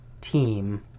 team